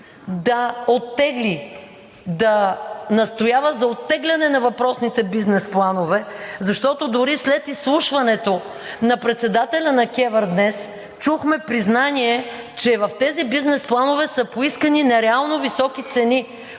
да оттегли, да настоява за оттегляне на въпросните бизнес планове, защото дори след изслушването на председателя на КЕВР днес чухме признание, че в тези бизнес планове са поискани нереално високи цени,